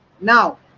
Now